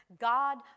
God